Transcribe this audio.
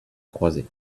croiser